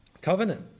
covenant